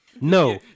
No